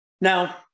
Now